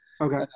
Okay